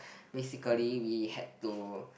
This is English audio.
basically we had to